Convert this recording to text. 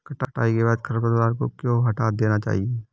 कटाई के बाद खरपतवार को क्यो हटा देना चाहिए?